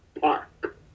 Park